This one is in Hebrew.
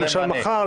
למשל מחר,